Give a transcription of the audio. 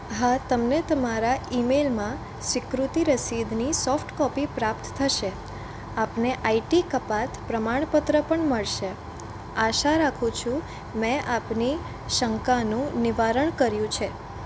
હા તમને તમારા ઈમેલમાં સ્વીકૃતિ રસીદની સોફ્ટ કોપી પ્રાપ્ત થશે આપને આઇટી કપાત પ્રમાણપત્ર પણ મળશે આશા રાખું છું મેં આપની શંકાનું નિવારણ કર્યું છે